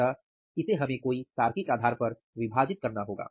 अतः इसे हमें कोई तार्किक आधार पर विभाजित करना होगा